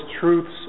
truths